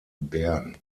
bern